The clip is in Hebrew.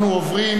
אנחנו עוברים